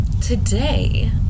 today